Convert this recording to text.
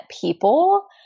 people